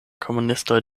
komunistoj